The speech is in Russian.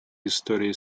историей